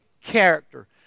character